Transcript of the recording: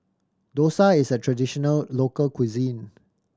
dosa is a traditional local cuisine